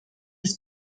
des